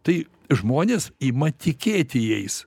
tai žmonės ima tikėti jais